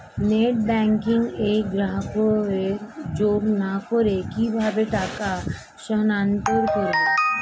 Net banking এ গ্রাহককে যোগ না করে কিভাবে টাকা স্থানান্তর করব?